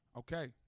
Okay